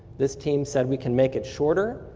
this team said we can make it shorter.